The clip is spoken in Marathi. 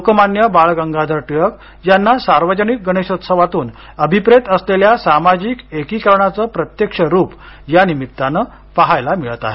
लोकमान्य बाळ गंगाधर टिळक यांना सार्वजनिक गणेशोत्सवातून अभिप्रेत असलेल्या सामाजिक एकीकरणाचं प्रत्यक्ष रुप यानिमित्तानं पाहायला मिळत आहे